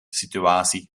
situatie